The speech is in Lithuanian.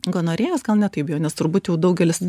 gonorėjos gal ne taip bijo nes turbūt jau daugelis